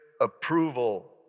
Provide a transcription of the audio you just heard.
approval